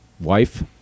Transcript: wife